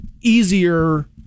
easier